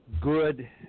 good